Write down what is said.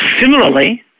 Similarly